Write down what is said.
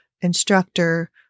instructor